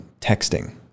texting